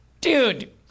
dude